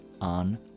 on